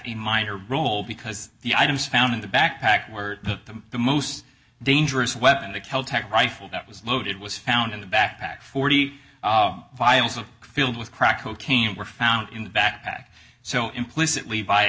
a minor role because the items found in the backpack were the most dangerous weapon the kel tec rifle that was loaded was found in the backpack forty vials of filled with crack cocaine were found in the backpack so implicitly